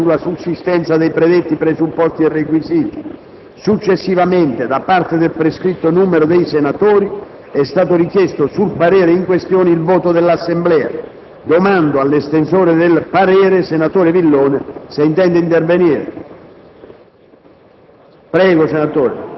ha espresso un parere favorevole sulla sussistenza dei predetti presupposti e requisiti. Successivamente, da parte del prescritto numero di senatori, è stato richiesto, sul parere in questione, il voto dell'Assemblea. Domando all'estensore del parere, senatore Villone, se intende intervenire.